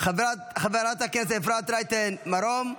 חברת הכנסת אפרת רייטן מרום,